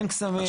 אין קסמים.